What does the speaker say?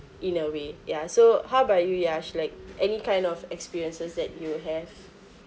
in a way ya so how about you Yash like any kind of experiences that you have